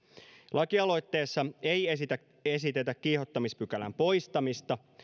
lakialoitteessa ei esitetä esitetä kiihottamispykälän poistamista